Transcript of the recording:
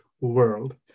world